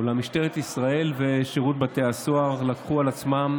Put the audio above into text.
אולם משטרת ישראל ושירת בתי הסוהר לקחו על עצמם